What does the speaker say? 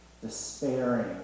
despairing